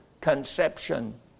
conception